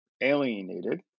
alienated